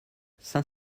saint